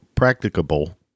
Practicable